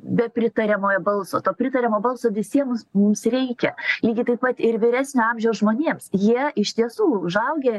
be pritariamojo balso to pritariamo balso visiems mums reikia lygiai taip pat ir vyresnio amžiaus žmonėms jie iš tiesų užaugę